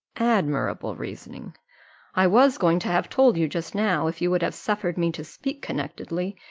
admirable reasoning i was going to have told you just now, if you would have suffered me to speak connectedly,